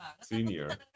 senior